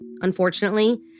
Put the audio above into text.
Unfortunately